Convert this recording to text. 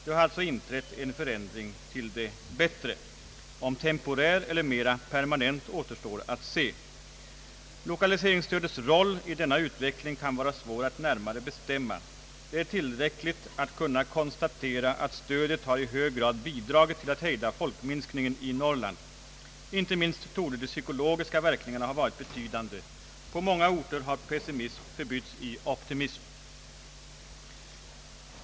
Det är alltså inte en förändring till det bättre, om temporär eller mera permanent återstår att se. Lokaliseringsstödets roll i denna utveckling kan vara svår att närmare bestämma. Det är tillräckligt att kunna konstatera att stödet har i hög grad bidragit till att hejda folkminskningen i Norrland. Inte minst torde de psykologiska verkningarna ha varit betydande. På många orter har pessimism förbytts i optimism.